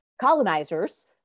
colonizers